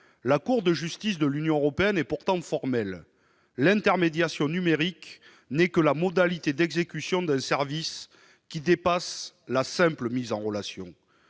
La Cour de justice de l'Union européenne est pourtant formelle : l'intermédiation numérique n'est que la modalité d'exécution d'un service qui dépasse la simple mise en relation.